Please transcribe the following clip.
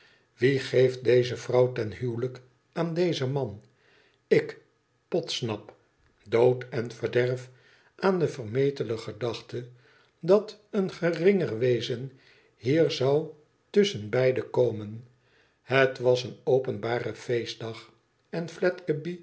wie geeft deze vrouw ten huwelijk aan dezen man ik podsnap dood en verderf aan de vermetele gedachte dat een geringer wezen hier zou tusschen beiden komen het was een openbare feestdag en